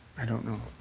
i don't know.